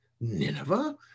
Nineveh